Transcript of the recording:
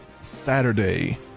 Saturday